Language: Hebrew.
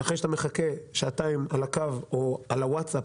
אחרי שאתה מחכה שעתיים על הקו או על הווצאפ